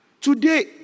Today